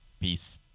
Peace